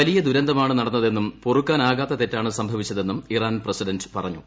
വലിയ ദുരന്തമാണ് നടന്നതെന്നും പൊറുക്കാനാകാത്ത തെറ്റാണ് സംഭവിച്ചതെന്നും ഇറാൻ പ്രസിഡന്റ് പറഞ്ഞു